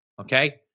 okay